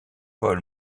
paul